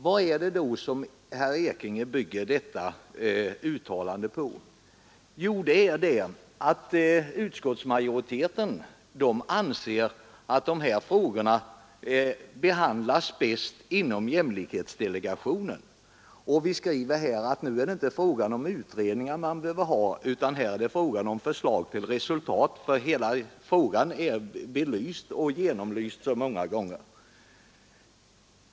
Vad är det som herr Ekinge bygger detta uttalande på? Jo, det är att utskottsmajoriteten anser att de här frågorna bäst behandlas inom jämlikhetsdelegationen. Vi skriver att nu är det inte utredningar som behövs utan praktiska förslag som ger resultat, eftersom hela frågan är genomlyst så många gånger.